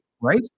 right